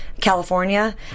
California